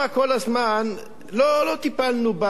כל הזמן לא טיפלנו בה,